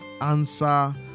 answer